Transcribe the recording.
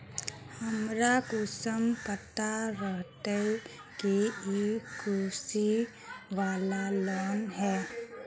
हमरा कुंसम पता रहते की इ कृषि वाला लोन है?